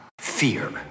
fear